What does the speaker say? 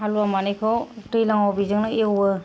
हालुया मानैखौ दैज्लाङाव बेजोंनो एवो